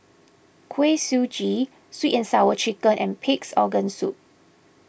Kuih Suji Sweet and Sour Chicken and Pig's Organ Soup